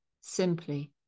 simply